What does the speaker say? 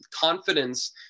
confidence